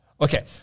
Okay